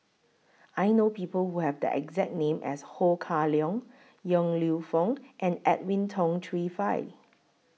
I know People Who Have The exact name as Ho Kah Leong Yong Lew Foong and Edwin Tong Chun Fai